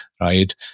right